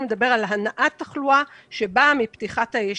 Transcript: לדבר על הנעת תחלואה שבאה מפתיחת הישיבות.